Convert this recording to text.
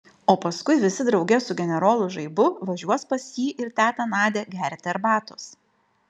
o paskui visi drauge su generolu žaibu važiuos pas jį ir tetą nadią gerti arbatos